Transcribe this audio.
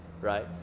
right